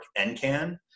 NCAN